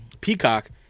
Peacock